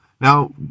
Now